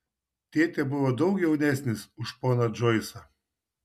tėtė buvo daug jaunesnis už poną džoisą